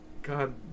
God